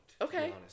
Okay